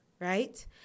right